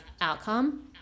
outcome